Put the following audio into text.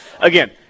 Again